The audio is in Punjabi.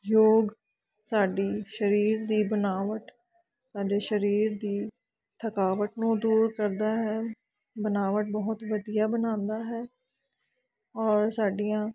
ਯੋਗ ਸਾਡੀ ਸਰੀਰ ਦੀ ਬਣਾਵਟ ਸਾਡੇ ਸਰੀਰ ਦੀ ਥਕਾਵਟ ਨੂੰ ਦੂਰ ਕਰਦਾ ਹੈ ਬਣਾਵਟ ਬਹੁਤ ਵਧੀਆ ਬਣਾਉਂਦਾ ਹੈ ਔਰ ਸਾਡੀਆਂ